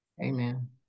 Amen